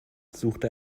suchte